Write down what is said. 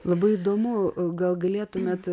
labai įdomu gal galėtumėt